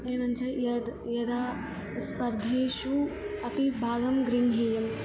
एवञ्च यद् यदा स्पर्धासु अपि भागं ग्रहीतव्यं